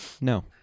no